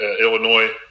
Illinois